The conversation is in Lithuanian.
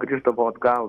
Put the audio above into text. grįždavo atgal